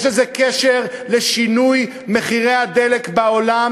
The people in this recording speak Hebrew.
יש לזה קשר לשינוי מחירי הדלק בעולם